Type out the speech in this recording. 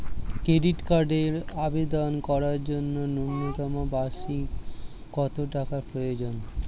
Credit কার্ডের আবেদন করার জন্য ন্যূনতম বার্ষিক কত টাকা প্রয়োজন?